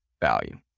value